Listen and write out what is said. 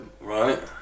right